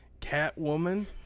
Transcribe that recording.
Catwoman